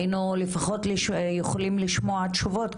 היינו לפחות יכולים לשמוע תשובות,